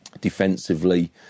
defensively